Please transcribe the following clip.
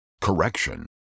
correction